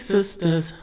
Sisters